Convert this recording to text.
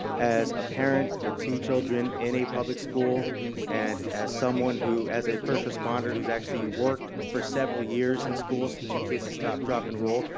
as a parent with two children in a public school and as someone who as a first responder who has actually worked for several years in schools teaching kids to stop, drop, and roll,